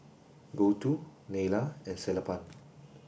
Gouthu Neila and Sellapan